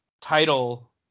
title